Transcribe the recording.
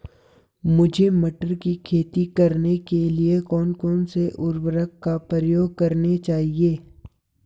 मुझे मटर की खेती करने के लिए कौन कौन से उर्वरक का प्रयोग करने चाहिए?